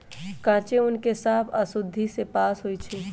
कांचे ऊन के साफ आऽ शुद्धि से पास होइ छइ